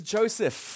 Joseph